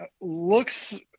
looks